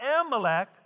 Amalek